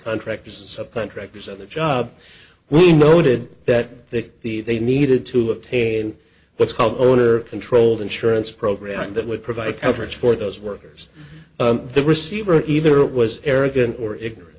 contractors and subcontractors on the job we noted that they the they needed to obtain what's called owner controlled insurance program that would provide coverage for those workers the receiver either was arrogant or ignorant